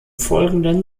folgenden